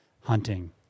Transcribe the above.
hunting